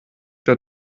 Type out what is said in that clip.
der